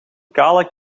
kale